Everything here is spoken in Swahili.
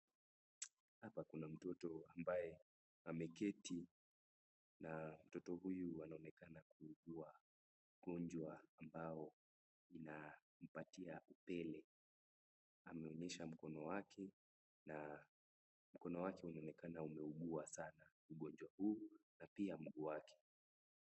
Hapa kuna mtoto ambaye ameketi na mtoto huyu anaonekana kua mgonjwa ambao inampatia upele, ameonyesha mkono yake na kuna watu wanaonekana wameugua sana ugonjwa huu na pia mguu wake.